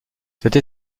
cette